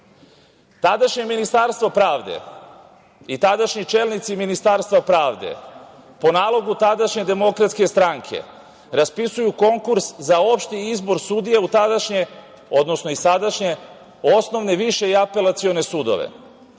Ministarstvo pravde i tadašnji čelnici Ministarstva pravde, po nalogu tadašnje Demokratske stranke, raspisuju konkurs za opšti izbor sudija u tadašnje, odnosno i sadašnje osnovne, više i apelacione sudove,